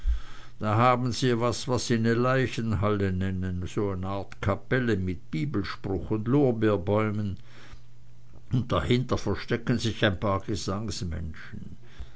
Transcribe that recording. da haben sie was was sie ne leichenhalle nennen ne art kapelle mit bibelspruch und lorbeerbäumen und dahinter verstecken sich ein paar